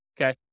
okay